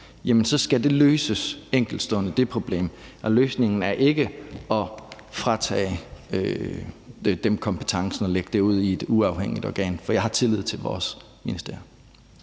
så skal det problem løses enkeltstående. Løsningen er ikke at fratage dem kompetencen og lægge det ud i et uafhængigt organ, for jeg har tillid til vores ministerier.